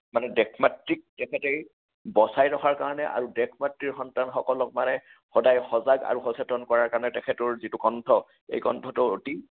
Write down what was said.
মানে দেশমাতৃক তেখেতে বচাই ৰখাৰ কাৰণে আৰু দেশ মাতৃৰ সন্তানসকলক মানে সদায় সজাগ আৰু সচেতন কৰাৰ কাৰণে তেখেতৰ যিটো কণ্ঠ এই কণ্ঠটো অতি